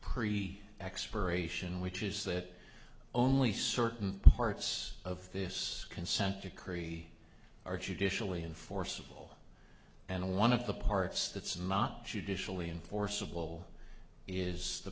pre expiration which is that only certain parts of this consent decree are judicially enforceable and one of the parts that's not judicially enforceable is the